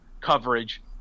coverage